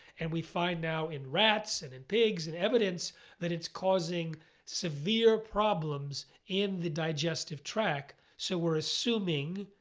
and we find now in rats and in pigs and evidence that it's causing severe problems in the digestive tract. so we're assuming,